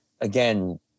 again